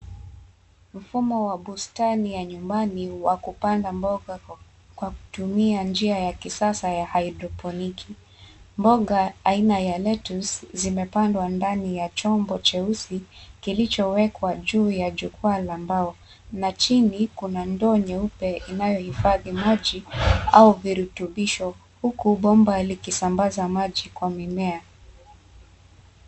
Mfumo wa bustani ya nyumbani wa kupanda mboga kwa kutumia njia ya kisasa ya hydroponiki. Mboga aina ya lettuce zimepandwa ndani ya chombo cheusi kilichowekwa juu ya jukwa la mbao na chini kuna ndoo nyeupe inayohifadhi maji au virutubisho huku bomba likisambaza maji kwa mimea.